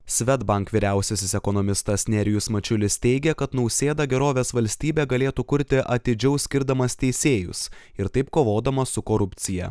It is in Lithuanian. svedbank vyriausiasis ekonomistas nerijus mačiulis teigia kad nausėda gerovės valstybę galėtų kurti atidžiau skirdamas teisėjus ir taip kovodamas su korupcija